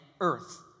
Earth